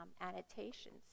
annotations